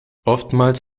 oftmals